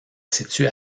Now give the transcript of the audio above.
situe